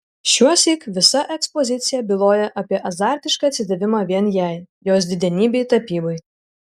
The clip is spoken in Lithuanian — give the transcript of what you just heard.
šiuosyk visa ekspozicija byloja apie azartišką atsidavimą vien jai jos didenybei tapybai